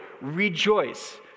rejoice